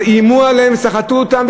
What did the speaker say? אז איימו עליהם וסחטו אותם,